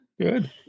good